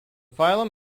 phylum